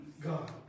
God